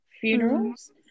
funerals